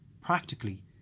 Practically